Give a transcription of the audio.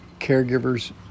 caregivers